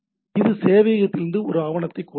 இது சேவையகத்திலிருந்து ஒரு ஆவணத்தைக் கோருகிறது